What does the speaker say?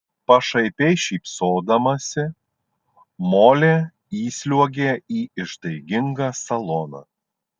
pašaipiai šypsodamasi molė įsliuogė į ištaigingą saloną